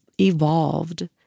evolved